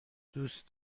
دوست